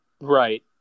right